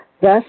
thus